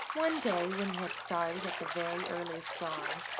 one day when he had started at the very earliest dawn,